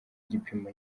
gipimo